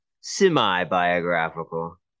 semi-biographical